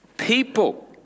people